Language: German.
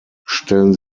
stellen